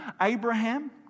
Abraham